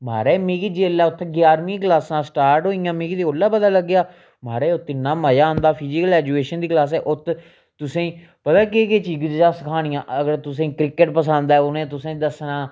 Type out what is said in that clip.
महाराज मिगी जेल्लै उत्थें ञारमीं दियां क्लासां स्टार्ट होई गेइयां मिगी ते ओल्लै पता लग्गेआ महाराज उत्थें इ'न्ना मजा आंदा फिजीकल ऐजुकेशन दी क्लासां उत्त तुसेंगी पता केह् केह् चीज़ सखानियां अगर तुसें क्रिकेट पसंद ऐ उ'नें तुसेंगी दस्सना